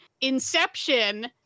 Inception